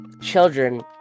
children